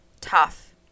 tough